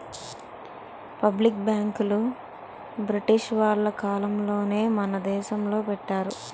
public బ్యాంకులు British వాళ్ళ కాలంలోనే మన దేశంలో పెట్టారు